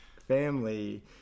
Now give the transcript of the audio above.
family